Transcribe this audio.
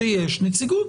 שיש נציגות.